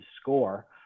score